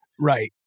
Right